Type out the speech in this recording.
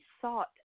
sought